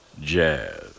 jazz